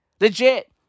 Legit